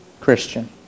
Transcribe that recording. Christian